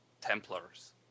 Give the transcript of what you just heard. Templars